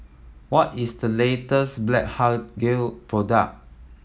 what is the latest Blephagel product